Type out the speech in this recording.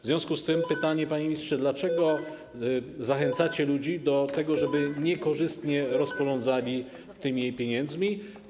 W związku z tym pytanie, panie ministrze: Dlaczego zachęcacie ludzi do tego, żeby niekorzystnie rozporządzali tymi pieniędzmi?